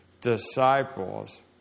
disciples